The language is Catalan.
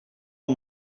amb